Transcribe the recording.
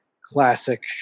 classic